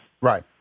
Right